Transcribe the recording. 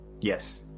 yes